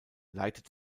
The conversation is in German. leitet